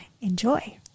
Enjoy